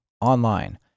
online